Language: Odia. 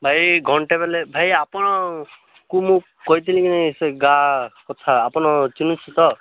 ଭାଇ ଘଣ୍ଟା ବେଲେ ଭାଇ ଆପଣକୁ ମୁଁ କହିଥିଲି ସେ ଗାଁ କଥା ଆପଣ ଚିହ୍ନିଛି ତ